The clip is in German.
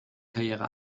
karriere